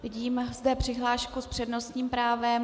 Vidím zde přihlášku s přednostním právem.